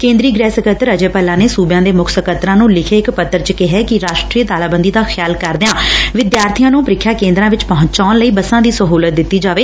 ਕੇ ਦਰੀ ਗੁਹਿ ਸਕੱਤਰ ਅਜੇ ਭੱਲਾ ਨੇ ਸੁਬਿਆ ਦੇ ਮੁੱਖ ਸਕੱਤਰਾ ਨੇ ਲਿਖੇ ਇਕ ਪੱਤਰ ਚ ਕਿਹੈ ਕਿ ਰਾਸਟਰੀ ਤਾਲਾਬੰਦੀ ਦਾ ਖਿਆਲ ਕਰਦਿਆਂ ਵਿਦਿਆਰਥੀਆ ਨੰ ਪੀਖਿਆ ਕੇ ਦਰਾਂ ਵਿਚ ਪਹੰਚਣ ਲਈ ਬੱਸਾਂ ਦੀ ਸਹੁਲਤ ਦਿੱਤੀ ਜਾਏ